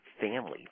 family